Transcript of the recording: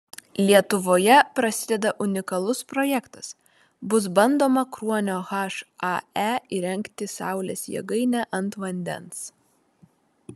lietuvoje prasideda unikalus projektas bus bandoma kruonio hae įrengti saulės jėgainę ant vandens